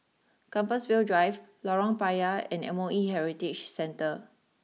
Compassvale Drive Lorong Payah and M O E Heritage Centre